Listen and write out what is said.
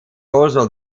also